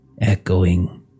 echoing